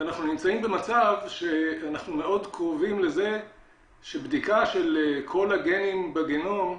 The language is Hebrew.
ואנחנו נמצאים במצב שאנחנו מאוד קרובים לזה שבדיקה של כל הגנים בגנום,